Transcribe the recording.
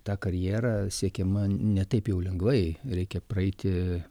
ta karjera siekiama ne taip jau lengvai reikia praeiti